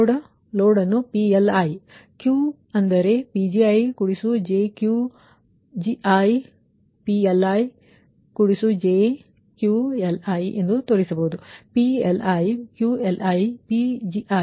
ಮತ್ತು load PLi Q ಅಂದರೆ PgijQgi PLijQLi ಎಂದು ತೋರಿಸುತ್ತಿದ್ದೇನೆ PLi QLi Pgi